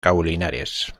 caulinares